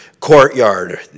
courtyard